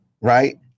right